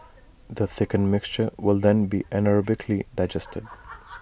the thickened mixture will then be anaerobically digested